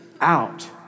out